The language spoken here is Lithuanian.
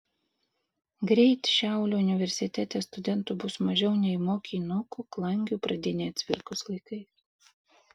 greit šiaulių universitete studentų bus mažiau nei mokinukų klangių pradinėje cvirkos laikais